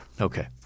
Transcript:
Okay